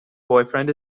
boyfriend